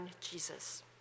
Jesus